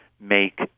make